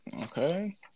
Okay